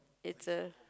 it's a